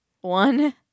one